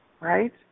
right